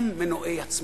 הם מנועי הצמיחה.